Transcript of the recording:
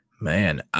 man